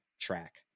track